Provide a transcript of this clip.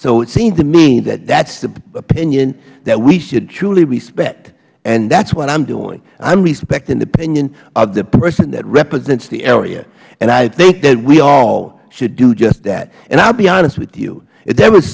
so it seems to me that that is the opinion that we should truly respect and that is what i am doing i am respecting the opinion of the person that represents the area and i think that we all should do just that i would be honest with you if there was